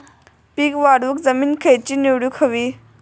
पीक वाढवूक जमीन खैची निवडुक हवी?